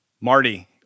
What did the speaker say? Marty